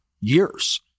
years